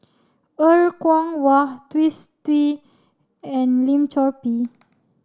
Er Kwong Wah Twisstii and Lim Chor Pee